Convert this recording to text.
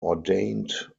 ordained